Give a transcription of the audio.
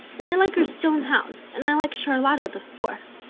and i like her stone house, and i like charlotta the fourth.